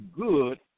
good